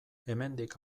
hemendik